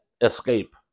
escape